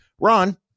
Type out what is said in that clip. Ron